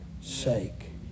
sake